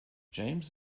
james